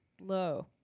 low